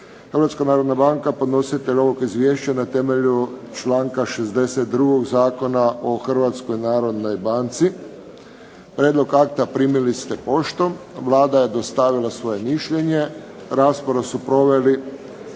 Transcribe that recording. Hrvatska narodna banka je podnositelj ovog izvješća na temelju članka 62. Zakona o Hrvatskoj narodnoj banci. Prijedlog akta primili ste poštom. Vlada je dostavila svoje mišljenje. Raspravu su proveli